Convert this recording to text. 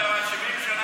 ב-70 השנה